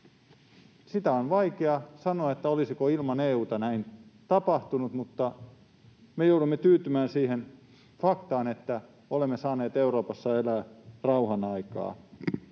josta on vaikea sanoa, olisiko ilman EU:ta näin tapahtunut, mutta me joudumme tyytymään siihen faktaan, että olemme saaneet Euroopassa elää rauhan aikaa